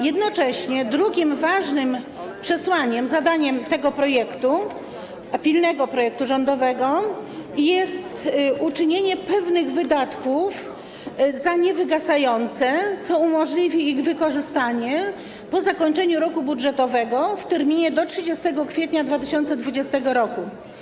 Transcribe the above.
Jednocześnie drugim ważnym przesłaniem, zadaniem tego projektu, pilnego projektu rządowego, jest uczynienie pewnych wydatków niewygasającymi, co umożliwi ich wykorzystanie po zakończeniu roku budżetowego, w terminie do 30 kwietnia 2020 r.